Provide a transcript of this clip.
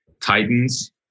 titans